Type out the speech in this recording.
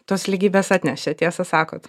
tos lygybės atnešė tiesą sakot